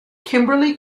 kimberly